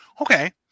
Okay